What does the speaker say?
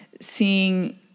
seeing